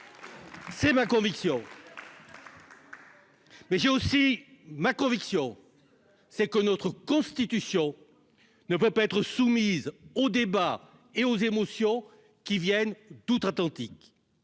C'est ma conviction. Mais j'ai aussi ma conviction, c'est que notre constitution ne pourrait pas être soumises au débat et aux émotions qui viennent d'outre-Atlantique,